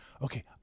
okay